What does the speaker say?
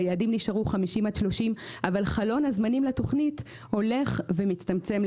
היעדים נשארו 50 עד 30. חלון הזמנים לתוכנית הולך ומצטמצם,